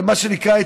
מה שנקרא,